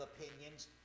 opinions